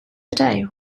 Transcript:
today